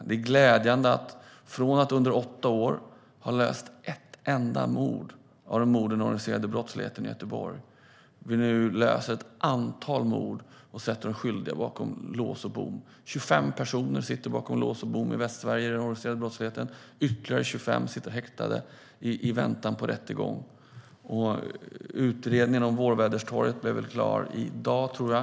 Det är glädjande att vi går från att under åtta år ha löst ett enda av de mord som begåtts av den organiserade brottsligheten i Göteborg till att nu lösa ett antal mord och sätta de skyldiga bakom lås och bom. 25 personer från den organiserade brottsligheten sitter bakom lås och bom i Västsverige. Ytterligare 25 sitter häktade i väntan på rättegång. Utredningen om händelserna vid Vårväderstorget blir klar i dag, tror jag.